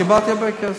קיבלתי הרבה כסף.